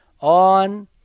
On